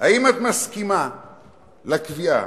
האם את מסכימה לקביעה,